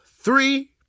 three